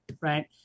right